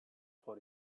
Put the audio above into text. for